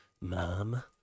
Mom